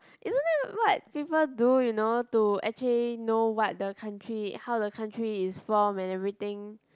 isn't it what people do you know to actually know what the country how the country is formed and everything